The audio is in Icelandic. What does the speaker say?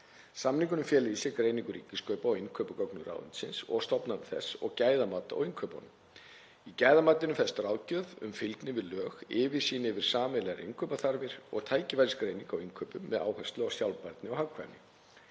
Samningurinn felur í sér greiningu Ríkiskaupa á innkaupagögnum ráðuneytisins og stofnana þess og gæðamat á innkaupunum. Í gæðamatinu felst ráðgjöf um fylgni við lög, yfirsýn yfir sameiginlegar innkaupaþarfir og tækifærisgreining á innkaupum með áherslu á sjálfbærni og hagkvæmni.